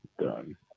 done